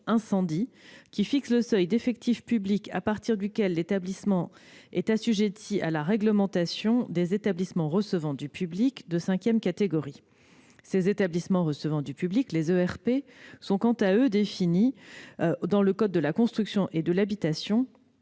incendie, qui fixe le seuil d'effectif public à partir duquel l'établissement est assujetti à la réglementation des établissements recevant du public de cinquième catégorie. Les ERP sont, quant à eux, définis dans le code de la construction et de l'habitation.